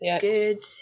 good